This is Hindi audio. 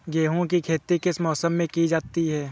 गेहूँ की खेती किस मौसम में की जाती है?